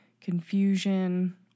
confusion